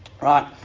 right